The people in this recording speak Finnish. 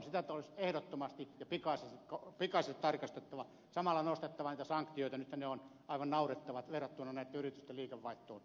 tilaajavastuulakia olisi ehdottomasti ja pikaisesti tarkastettava ja samalla nostettava niitä sanktioita nythän ne ovat aivan naurettavat verrattuna näitten yritysten liikevaihtoon